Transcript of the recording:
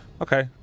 okay